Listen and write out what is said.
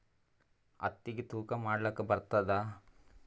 ಹತ್ತಿಗಿ ತೂಕಾ ಮಾಡಲಾಕ ಬರತ್ತಾದಾ?